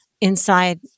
inside